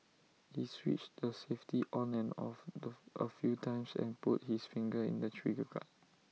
he switched the safety on and off A few times and put his finger in the trigger guard